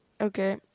okay